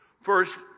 First